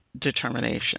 determination